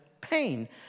pain